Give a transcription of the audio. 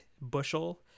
bushel